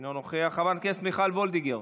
אינו נוכח, חברת הכנסת מיכל וולדיגר,